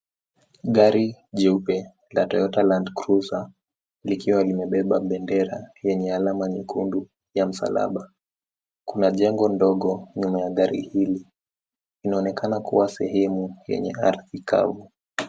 Gari jeupe la Toyota Land Cruiser likiwa limebeba bendera yenye alama nyekundu ya msalaba. Kuna jengo ndogo nyuma ya gari hili. Inaonekana kuwa sehemu yenye ardhi kavu.